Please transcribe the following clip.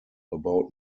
about